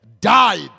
died